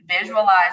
visualize